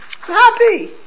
happy